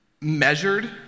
measured